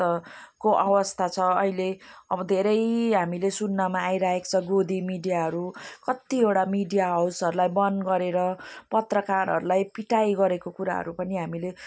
त को अवस्था छ अहिले अब धेरै हामीले सुन्नमा आइरहेको छ गोदी मिडियाहरू कत्तिवटा मिडिया हाउसहरूलाई बन्द गरेर पत्रकारहरूलाई पिटाइ गरेको कुराहरू पनि हामीले